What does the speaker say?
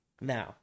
Now